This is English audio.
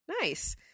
Nice